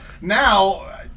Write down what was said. Now